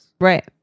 Right